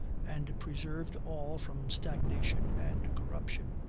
and preserved all from stagnation and corruption.